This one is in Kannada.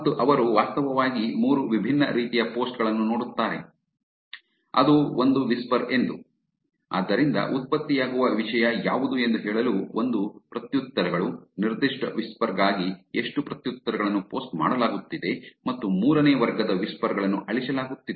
ಮತ್ತು ಅವರು ವಾಸ್ತವವಾಗಿ ಮೂರು ವಿಭಿನ್ನ ರೀತಿಯ ಪೋಸ್ಟ್ ಗಳನ್ನು ನೋಡುತ್ತಾರೆ ಅದು ಒಂದು ವಿಸ್ಪರ್ ಎಂದು ಆದ್ದರಿಂದ ಉತ್ಪತ್ತಿಯಾಗುವ ವಿಷಯ ಯಾವುದು ಎಂದು ಹೇಳಲು ಒಂದು ಪ್ರತ್ಯುತ್ತರಗಳು ನಿರ್ದಿಷ್ಟ ವಿಸ್ಪರ್ ಗಾಗಿ ಎಷ್ಟು ಪ್ರತ್ಯುತ್ತರಗಳನ್ನು ಪೋಸ್ಟ್ ಮಾಡಲಾಗುತ್ತಿದೆ ಮತ್ತು ಮೂರನೇ ವರ್ಗದ ವಿಸ್ಪರ್ ಗಳನ್ನು ಅಳಿಸಲಾಗುತ್ತಿದೆ